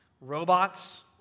robots